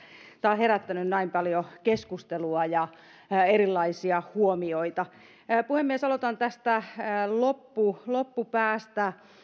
tämä on herättänyt näin paljon keskustelua ja erilaisia huomioita puhemies aloitan tästä loppupäästä